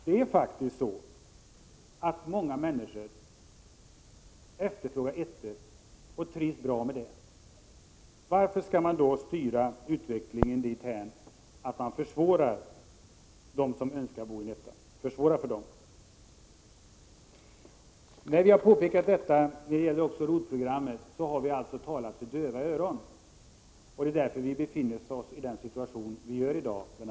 Många människor efterfrågar faktiskt ”ettor”, och människor trivs bra i dessa ”ettor”. Varför skall man då styra utvecklingen dithän att man försvårar för dem som önskar bo i en ”etta”? När vi har påpekat detta — det gällde också ROT-programmet — har vi talat för döva öron. Det är därför vi har dagens situation, Lennart Nilsson.